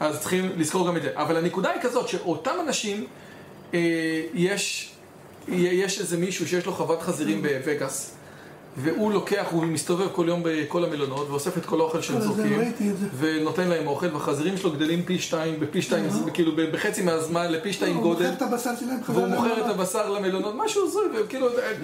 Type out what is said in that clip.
אז צריכים לזכור גם את זה. אבל הנקודה היא כזאת שאותם אנשים, יש איזה מישהו שיש לו חוות חזירים בווגאס והוא לוקח, הוא מסתובב כל יום בכל המילונות, ואוסף את כל האוכל שהם זוכים ונותן להם אוכל, והחזירים שלו גדלים פי שתיים, בפי שתיים, כאילו בחצי מהזמן לפי שתיים גודל והוא מוכר את הבשר למלונות, משהו הזוי, כאילו